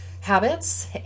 habits